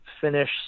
finish